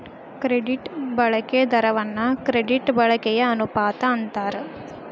credit ಬಳಕೆ ದರವನ್ನ credit ಬಳಕೆಯ ಅನುಪಾತ ಅಂತಾರ